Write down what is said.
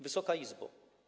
Wysoka Izbo!